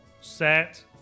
set